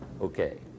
Okay